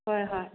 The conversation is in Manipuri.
ꯍꯣꯏ ꯍꯣꯏ